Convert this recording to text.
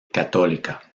católica